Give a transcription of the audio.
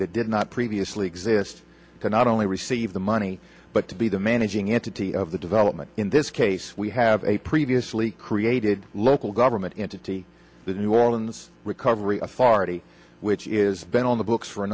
that did not previously exist to not only receive the money but to be the managing entity of the development in this case we have a previously created local government entity the new orleans recovery farty which is been on the books for a